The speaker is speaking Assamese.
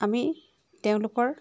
আমি তেওঁলোকৰ